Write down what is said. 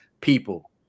people